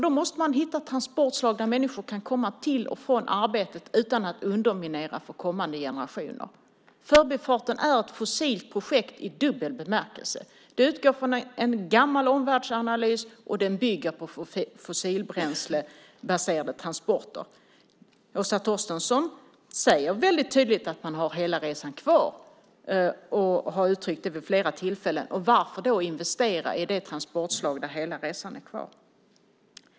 Då måste man hitta transportslag där människor kan komma till och från arbetet utan att underminera för kommande generationer. Förbifarten är ett fossilt projekt i dubbel bemärkelse. Det utgår från en gammal omvärldsanalys, och den bygger på fossilbränslebaserade transporter. Åsa Torstensson säger väldigt tydligt att man har hela resan kvar. Hon har uttryckt det vid flera tillfällen. Varför investera i det transportslag där hela resan är kvar?